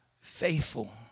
faithful